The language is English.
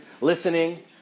listening